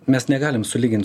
mes negalim sulygint